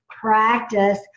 practice